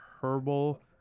herbal